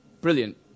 Brilliant